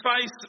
face